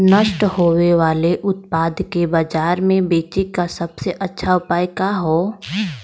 नष्ट होवे वाले उतपाद के बाजार में बेचे क सबसे अच्छा उपाय का हो?